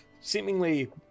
seemingly